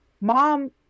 mom